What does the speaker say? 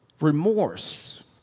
Remorse